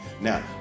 Now